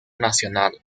nacional